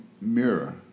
mirror